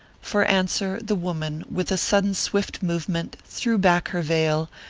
for answer the woman, with a sudden swift movement, threw back her veil,